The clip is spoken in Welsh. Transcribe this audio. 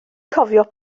cofio